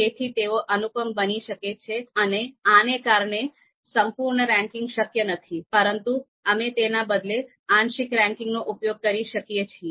તેથી તેઓ અનુપમ બની શકે છે આને કારણે સંપૂર્ણ રેન્કિંગ શક્ય નથી પરંતુ અમે તેના બદલે આંશિક રેન્કિંગનો ઉપયોગ કરી શકીએ છીએ